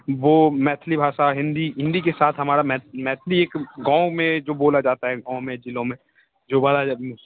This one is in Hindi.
वो मैथिली भाषा हिंदी हिंदी के साथ हमारा मैथ मैथिली एक गाँव में जो बोला जाता है गाँवों में जिलों में जो बोला जा